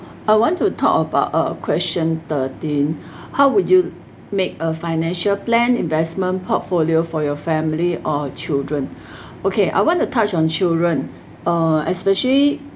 I want to talk about uh question thirteen how would you make a financial plan investment portfolio for your family or children okay I want to touch on children uh especially